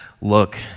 look